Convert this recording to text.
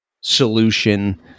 solution